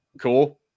cool